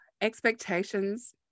Expectations